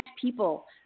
people